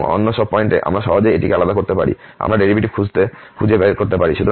এবং অন্য সব পয়েন্টে আমরা সহজেই এটিকে আলাদা করতে পারি এবং আমরা ডেরিভেটিভ খুঁজে বের করতে পারি